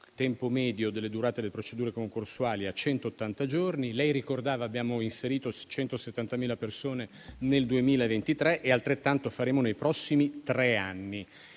tempo medio della durata delle procedure concorsuali a centottanta. Lei ricordava che abbiamo inserito 670.000 persone nel 2023 e altrettanto faremo nei prossimi tre anni.